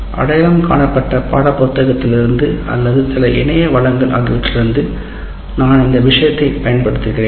அடையாளம் காணப்பட்ட பாடப்புத்தகத்திலிருந்து அல்லது சில இணைய வளங்கள் ஆகியவற்றிலிருந்து நான் இந்த விஷயத்தைப் பயன்படுத்துகிறேன்